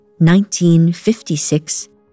1956